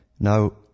Now